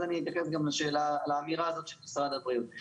אני אתייחס גם לאמירה הזאת של משרד הבריאות.